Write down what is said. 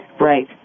right